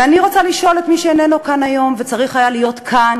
ואני רוצה לשאול את מי שאיננו כאן היום וצריך היה להיות כאן,